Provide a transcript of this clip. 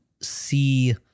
see